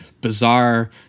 bizarre